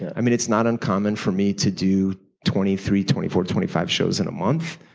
i mean it's not uncommon for me to do twenty three, twenty four, twenty five shows in a month